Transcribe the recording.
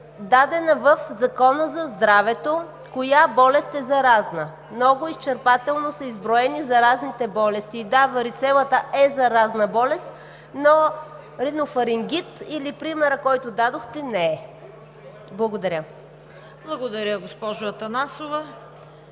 дадена в Закона за здравето – коя болест е заразна. Много изчерпателно са изброени заразните болести. И да – варицелата е заразна болест, но ринофарингит или другият пример, който дадохте, не е. Благодаря. ПРЕДСЕДАТЕЛ